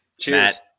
Cheers